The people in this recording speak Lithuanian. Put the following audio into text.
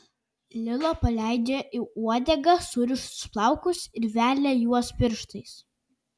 lila paleidžia į uodegą surištus plaukus ir velia juos pirštais